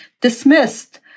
dismissed